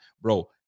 Bro